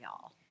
y'all